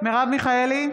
מרב מיכאלי,